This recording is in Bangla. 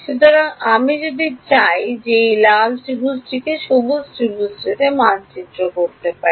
সুতরাং আমি যদি চাই যে আপনি এই লাল ত্রিভুজটিকে সবুজ ত্রিভুজটিতে মানচিত্র করুন